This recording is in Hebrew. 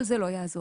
כל זה לא יעזור.